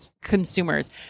consumers